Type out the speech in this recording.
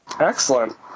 Excellent